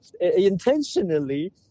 intentionally